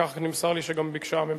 כך נמסר לי שגם ביקשה הממשלה.